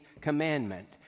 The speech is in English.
Commandment